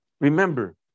remember